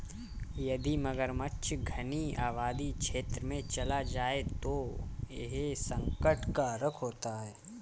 यदि मगरमच्छ घनी आबादी क्षेत्र में चला जाए तो यह संकट कारक होता है